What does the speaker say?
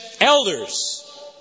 elders